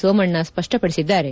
Somanna ಸ್ಪಪ್ಪಪಡಿಸಿದ್ದಾರೆ